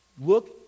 Look